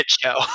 show